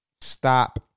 stop